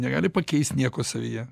negali pakeist nieko savyje